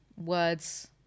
words